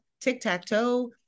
tic-tac-toe